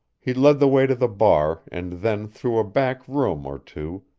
he led the way to the bar and then through a back room or two,